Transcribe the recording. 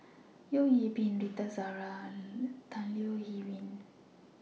Teo Bee Yen Rita Zahara and Tan Leo Wee Hin